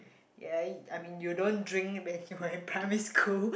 ya I mean you don't drink when you are in primary school